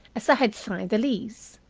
as i had signed the lease.